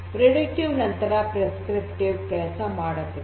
ಮುನ್ಸೂಚನೆ ನಂತರ ಪ್ರಿಸ್ಕ್ರಿಪ್ಟಿವ್ ಕೆಲಸ ಮಾಡುತ್ತದೆ